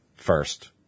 first